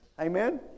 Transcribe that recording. amen